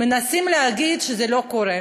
מנסים להגיד שזה לא קורה